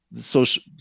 social